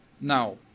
Now